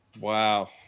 Wow